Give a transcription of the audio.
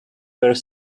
were